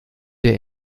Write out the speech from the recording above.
der